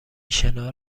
شنا